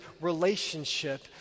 relationship